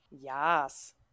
Yes